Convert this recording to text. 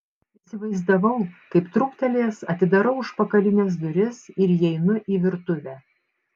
įsivaizdavau kaip trūktelėjęs atidarau užpakalines duris ir įeinu į virtuvę